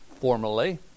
formally